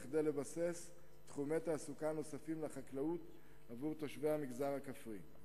כדי לבסס תחומי תעסוקה נוספים לחקלאות עבור תושבי המגזר הכפרי.